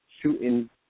shooting